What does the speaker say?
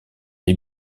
les